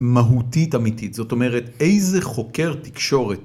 מהותית אמיתית. זאת אומרת, איזה חוקר תקשורת...